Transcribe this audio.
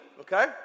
okay